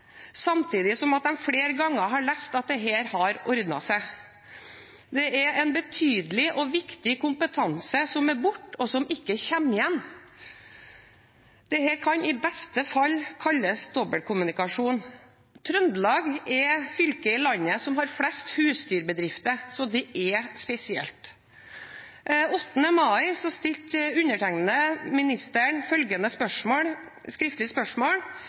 samtidig som de flere ganger har lest at dette har ordnet seg. Det er en betydelig og viktig kompetanse som er borte, og som ikke kommer igjen. Dette kan i beste fall kalles dobbeltkommunikasjon. Trøndelag er det fylket i landet som har flest husdyrbedrifter, så det er spesielt. Den 8. mai stilte jeg ministeren følgende skriftlige spørsmål: